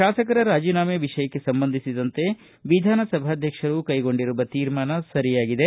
ಶಾಸಕರ ರಾಜೀನಾಮ ವಿಷಯಕ್ಕೆ ಸಂಬಂಧಿಸಿದಂತೆ ವಿಧಾನಸಭಾಧ್ಯಕ್ಷರ ಕೈಗೊಂಡಿರುವ ತೀರ್ಮಾನ ಸರಿಯಾಗಿದೆ